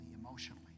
emotionally